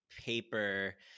paper